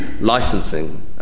licensing